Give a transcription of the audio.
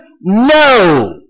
no